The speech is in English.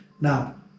Now